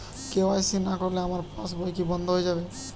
KYC না করলে আমার পাশ বই কি বন্ধ হয়ে যাবে?